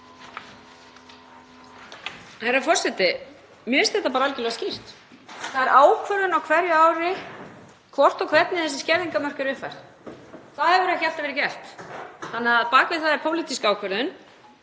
Herra forseti. Mér finnst þetta bara algjörlega skýrt. Það er ákvörðun á hverju ári hvort og hvernig þessi skerðingarmörk eru uppfærð. Það hefur ekki alltaf verið gert þannig að á bak við það er pólitísk ákvörðun.